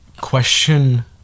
question